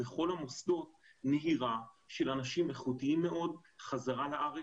בכל המוסדות נהירה של אנשים איכותיים מאוד חזרה לארץ,